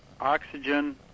oxygen